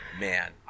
Man